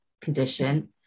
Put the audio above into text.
condition